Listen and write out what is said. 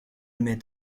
met